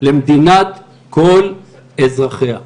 למדינת כל אזרחיה.